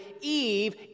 Eve